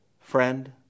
Friend